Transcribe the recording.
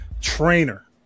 trainer